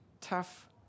tough